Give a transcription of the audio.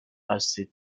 assez